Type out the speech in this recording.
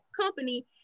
company